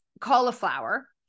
cauliflower